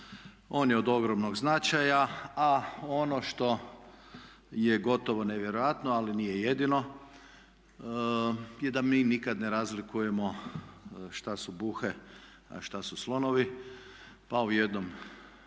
On je ogromnog značaja, a ono što je gotovo nevjerojatno ali nije jedino je da mi nikad ne razlikujemo šta su buhe a šta su slonovi, pa u jednom